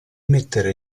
mettere